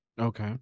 Okay